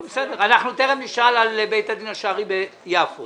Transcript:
תכף נשאל על בית הדין השרעי ביפו